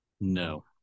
No